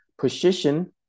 position